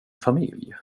familj